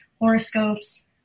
horoscopes